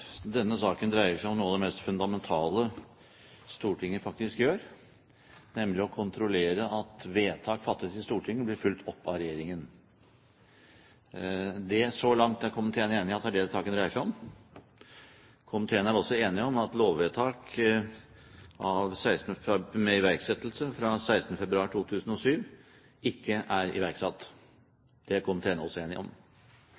Denne saken dreier seg om noe av det mest fundamentale Stortinget faktisk gjør, nemlig å kontrollere at vedtak fattet i Stortinget blir fulgt opp av Regjeringen. Så langt er komiteen enig i at det er det saken dreier seg om. Komiteen er også enig i at lovvedtaket, med ikrafttredelse fra 16. februar 2007, ikke er